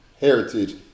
heritage